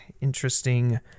interesting